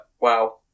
wow